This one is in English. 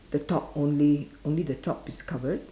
the top only only the top is covered